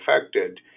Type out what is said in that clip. affected